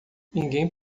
ninguém